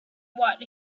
what